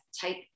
type